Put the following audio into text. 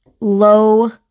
low